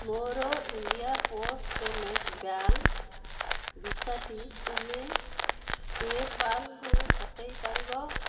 ମୋର India post payment bank ଭିସାଟି ତୁମେ ପେ'ପାଲ୍ରୁ ହଟେଇ ପାରିବ